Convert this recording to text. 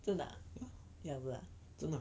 真的 ah you will do ah